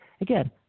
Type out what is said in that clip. Again